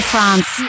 France